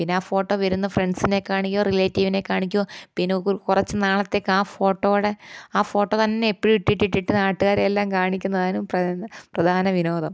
പിന്നെ ആ ഫോട്ടോ വരുന്ന ഫ്രണ്ട്സിനെ കാണിക്കുക റിലേറ്റീവിനെ കാണിക്കുക പിന്നെ കുറച്ച് നാളത്തേക്ക് ആ ഫോട്ടോയുടെ ആ ഫോട്ടോ തന്നെ എപ്പോഴും ഇട്ട് ഇട്ട് ഇട്ട് ഇട്ട് നാട്ടുകാരെയെല്ലാം കാണിക്കും താനും പ്രധാന വിനോദം